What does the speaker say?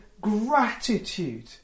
gratitude